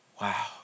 wow